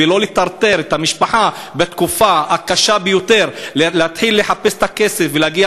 ולא לטרטר את המשפחה בתקופה הקשה ביותר להתחיל לחפש את הכסף ולהגיע